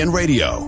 radio